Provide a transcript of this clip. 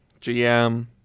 GM